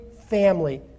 family